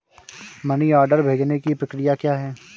Money order भेजने की प्रक्रिया क्या है?